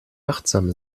achtsam